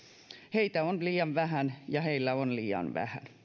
heitä on liian vähän ja heillä on liian vähän